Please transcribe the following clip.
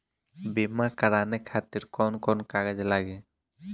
बीमा कराने खातिर कौन कौन कागज लागी?